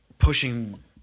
Pushing